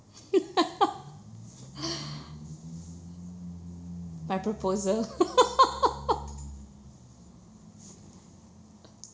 my proposal